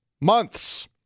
Months